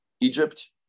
Egypt